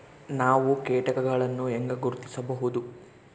ನಾವು ಕೇಟಗಳನ್ನು ಹೆಂಗ ಗುರ್ತಿಸಬಹುದು?